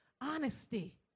honesty